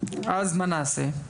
אז מה נעשה?